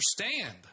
understand